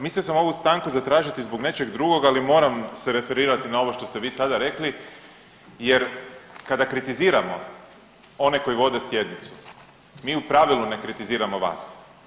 Mislio sam ovu stanku zatražiti zbog nečeg drugog, ali moram se referirati na ovo što ste vi sada rekli jer kada kritiziramo one koji vode sjednicu mi u pravilu ne kritiziramo vas.